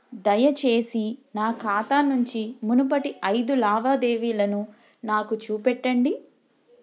దయచేసి నా ఖాతా నుంచి మునుపటి ఐదు లావాదేవీలను నాకు చూపెట్టండి